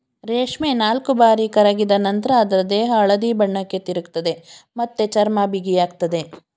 ರೇಷ್ಮೆ ನಾಲ್ಕುಬಾರಿ ಕರಗಿದ ನಂತ್ರ ಅದ್ರ ದೇಹ ಹಳದಿ ಬಣ್ಣಕ್ಕೆ ತಿರುಗ್ತದೆ ಮತ್ತೆ ಚರ್ಮ ಬಿಗಿಯಾಗ್ತದೆ